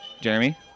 Jeremy